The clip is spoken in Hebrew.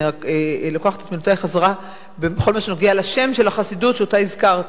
אני רק לוקחת את מילותי חזרה בכל מה שנוגע לשם של החסידות שאותה הזכרתי.